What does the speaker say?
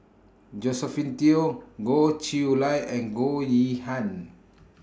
Josephine Teo Goh Chiew Lye and Goh Yihan